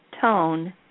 tone